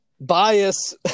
Bias